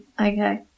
Okay